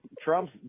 Trump